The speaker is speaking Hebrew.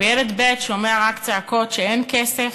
וילד ב' שומע רק צעקות שאין כסף,